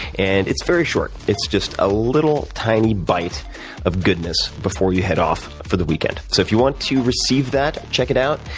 and it's very short. it's just a little, tiny bite of goodness, before you head off for the weekend. so, if you want to receive that, check it out.